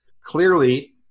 clearly